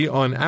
on